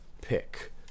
pick